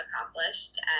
accomplished